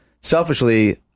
selfishly